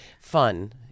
fun